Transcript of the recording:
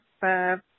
five